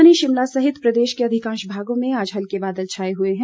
राजधानी शिमला सहित प्रदेश के अधिकांश भागों में आज हल्के बादलों छाये हुए हैं